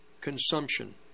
consumption